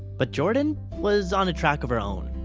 but jordan was on a track of her own.